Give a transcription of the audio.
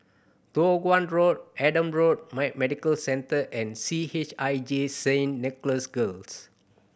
Toh Guan Road Adam Road Medical Centre and C H I J Saint Nicholas Girls